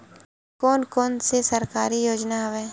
कोन कोन से सरकारी योजना हवय?